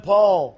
Paul